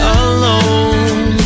alone